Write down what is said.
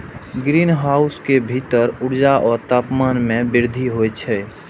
greenhouse के भीतर ऊर्जा आ तापमान मे वृद्धि होइ छै